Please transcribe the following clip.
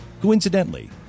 Coincidentally